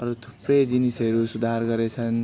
अरू थुप्रै जिनिसहरू सुधार गरेका छन्